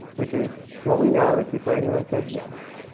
which is what we know is before anyone says, yes,